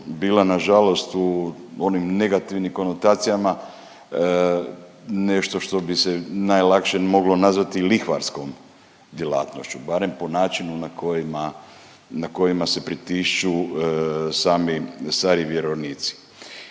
bila nažalost u onim negativnim konotacijama nešto što bi se najlakše moglo nazvati lihvarskom djelatnošću, barem po načinu na kojima, na kojima se pritišću sami stariji vjerovnici.